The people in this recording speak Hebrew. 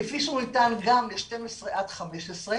כפי שהוא ניתן גם ל-12 עד 15,